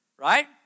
Right